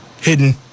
hidden